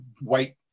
white